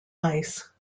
ice